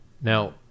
now